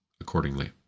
accordingly